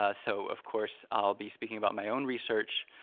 ah so of course, i'll be speaking about my own research,